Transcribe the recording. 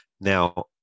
Now